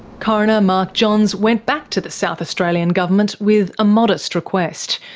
coroner mark johns went back to the south australian government with a modest request.